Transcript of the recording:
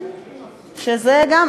שזה גם,